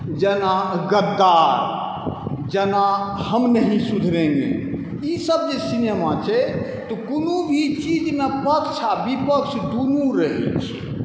जेना गद्दार जेना हम नहीं सुधरेंगे ईसब जे सिनेमा छै तऽ कोनो भी चीजमे पक्ष आओर विपक्ष दुनू रहै छै